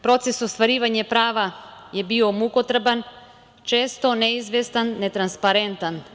Proces ostvarivanja prava je bio mukotrpan, često neizvestan, netransparentan.